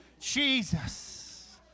Jesus